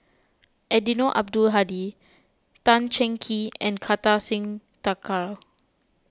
Eddino Abdul Hadi Tan Cheng Kee and Kartar Singh Thakral